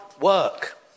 work